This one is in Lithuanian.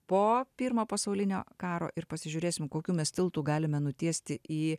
po pirmo pasaulinio karo ir pasižiūrėsim kokiu mes tiltu galime nutiesti į